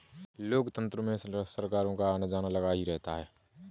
लोकतंत्र में सरकारों का आना जाना लगा ही रहता है